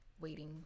waiting